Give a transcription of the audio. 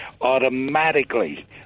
automatically